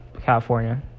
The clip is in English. California